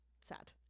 sad